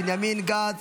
בנימין גנץ,